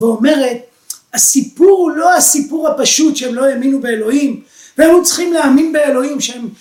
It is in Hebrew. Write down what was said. ואומרת הסיפור הוא לא הסיפור הפשוט שהם לא האמינו באלוהים. והם עוד צריכים להאמין באלוהים שהם